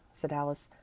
said alice.